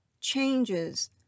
changes